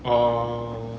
orh